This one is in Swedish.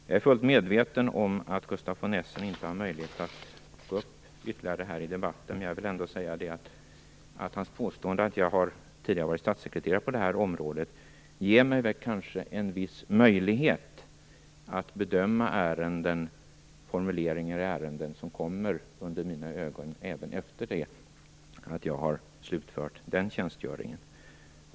Jag är fullt medveten om att Gustaf von Essen inte har någon mer möjlighet att gå upp i denna debatt, men jag vill ändå säga att hans påstående att jag tidigare har varit statssekreterare på detta område ger mig kanske en viss möjlighet att bedöma formuleringar i ärenden som kommer under mina ögon även efter det att jag har slutfört den tjänstgöringen.